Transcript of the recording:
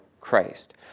Christ